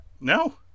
No